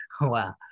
wow